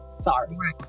Sorry